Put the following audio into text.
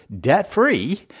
debt-free